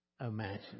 imagine